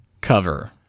cover